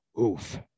Oof